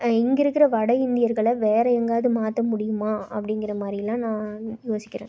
இங்கிருக்கிற வட இந்தியர்களை வேறு எங்கயாவது மாற்ற முடியுமா அப்படிங்கிற மாதிரிலாம் நான் யோசிக்கிறேன்